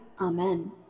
amen